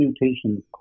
mutations